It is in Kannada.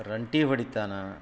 ರಂಟೆ ಹೊಡಿತಾನೆ